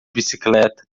bicicleta